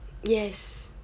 yes